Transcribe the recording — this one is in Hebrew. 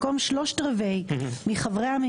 במקום 'שלושה רבעים מחבריה' יבוא 'שלושה שרים'.